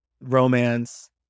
romance